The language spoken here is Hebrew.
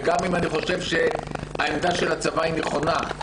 גם אם אני חושב שהעמדה של הצבא נכונה,